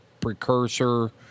precursor